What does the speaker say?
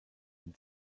ihn